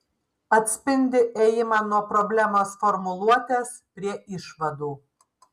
atspindi ėjimą nuo problemos formuluotės prie išvadų